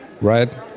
right